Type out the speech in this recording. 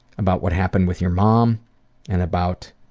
about what happened with your mom and about